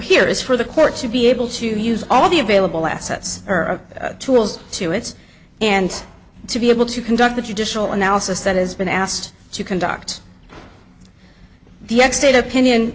here is for the court to be able to use all the available assets or tools to it and to be able to conduct the traditional analysis that has been asked to conduct the x date opinion